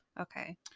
Okay